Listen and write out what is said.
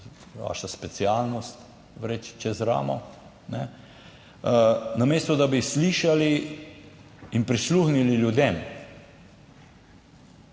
vaša specialnost, vreči čez ramo, namesto da bi slišali in prisluhnili ljudem.